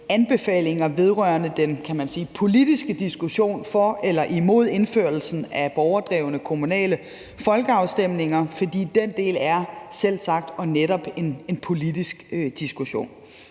anbefalinger vedrørende den politiske diskussion for eller imod indførelsen af borgerdrevne kommunale folkeafstemninger, for den del er selvsagt og netop en politisk diskussion.